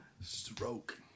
stroke